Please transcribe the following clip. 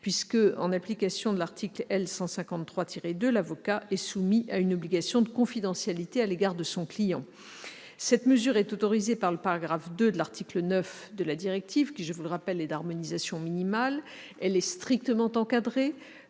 puisque, en application de l'article L.153-2, l'avocat est soumis à une obligation de confidentialité à l'égard de son client. Cette mesure est autorisée par le paragraphe 2 de l'article 9 de la directive, qui est d'harmonisation minimale. Elle est strictement encadrée.